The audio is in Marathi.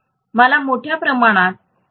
मला मोठ्या प्रमाणात एमएमएफची आवश्यकता नाही